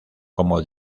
como